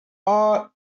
all